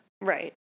Right